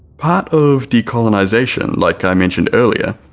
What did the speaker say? part of decolonisation, like i mentioned earlier,